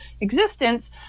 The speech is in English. existence